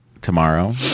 Tomorrow